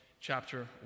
chapter